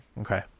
Okay